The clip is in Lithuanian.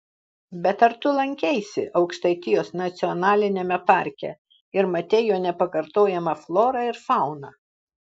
bet ar tu lankeisi aukštaitijos nacionaliniame parke ir matei jo nepakartojamąją florą ir fauną